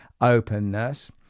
Openness